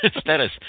Status